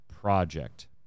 project